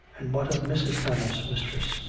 and what of mrs. thomas, mistress?